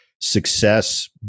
success